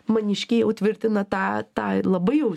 maniškiai jau tvirtina tą tą ir labai jau